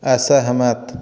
असहमत